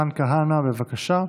חבר הכנסת מתן כהנא, בבקשה.